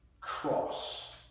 Cross